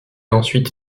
ensuite